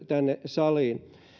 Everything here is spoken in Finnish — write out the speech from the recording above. tänne saliin